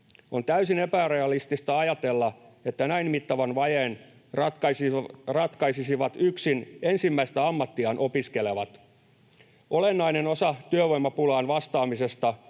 On täysin epärealistista ajatella, että näin mittavan vajeen ratkaisisivat yksin ensimmäistä ammattiaan opiskelevat. Olennainen osa työvoimapulaan vastaamista